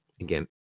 again